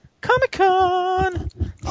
Comic-Con